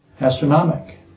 Astronomic